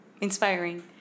Inspiring